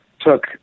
took